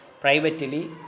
privately